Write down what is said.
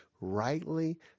rightly